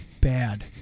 bad